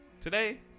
Today